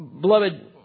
Beloved